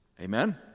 Amen